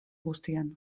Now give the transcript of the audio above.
guztian